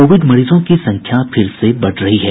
Covid मरीजों की संख्या फिर से बढ़ रही है